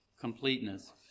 completeness